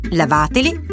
lavateli